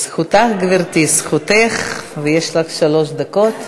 זכותך, גברתי, ויש לך שלוש דקות.